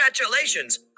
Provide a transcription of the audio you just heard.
Congratulations